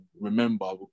remember